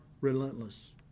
relentless